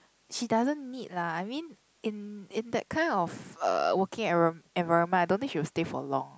she doesn't need lah I mean in in that kind of uh working environ~ environment I don't think she will stay for long